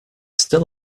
still